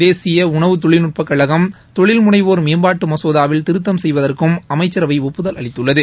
தேசிய உணவுத் தொழில்நட்பக்கழகம் தொழில் முனைவோர் மேம்பாட்டு மசோதாவில் திருத்தம் செய்வதற்கும் அம்ச்சரவை ஒப்புதல் அளித்துள்ளது